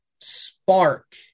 spark